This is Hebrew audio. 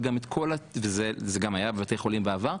וזה גם היה בבתי חולים בעבר,